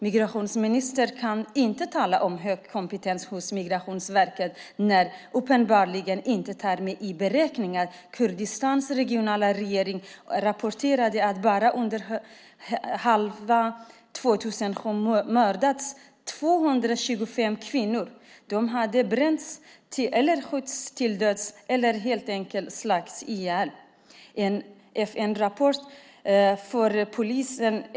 Migrationsministern kan inte tala om stor kompetens hos Migrationsverket, när man uppenbarligen inte tar med i beräkningen att Kurdistans regionala regering rapporterade att bara under 2007 mördades 225 kvinnor. De hade bränts eller skjutits till döds eller helt enkelt slagits ihjäl.